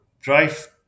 drive